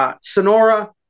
Sonora